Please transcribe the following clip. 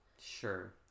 Sure